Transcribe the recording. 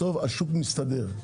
בסוף השוק מסתדר.